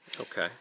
Okay